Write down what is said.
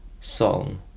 song